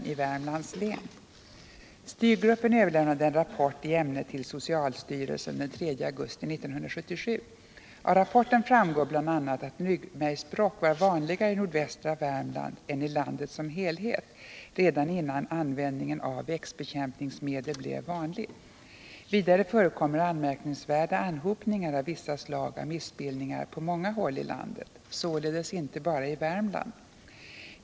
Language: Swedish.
Styrgruppen överlämnade en rapport i ämnet till socialstyrelsen den 3 augusti 1977. Av rapporten framgår bl.a. att ryggmärgsbråck var vanligare i nordvästra Värmland än i landet som helhet redan innan användningen av växtbekämpningsmedel blev vanlig. Vidare förekommer anmärkningsvärda anhopningar av vissa slag av missbildningar på många håll i landet, således inte bara i Värmland.